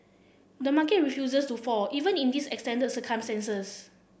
the market refuses to fall even in these extended circumstances